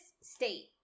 state